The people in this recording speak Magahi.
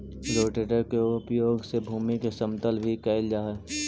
रोटेटर के उपयोग से भूमि के समतल भी कैल जा हई